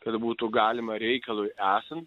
kad būtų galima reikalui esant